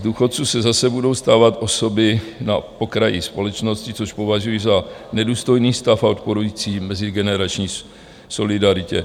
Z důchodců se zase budou stávat osoby na okraji společnosti, což považuji za nedůstojný stav odporující mezigenerační solidaritě.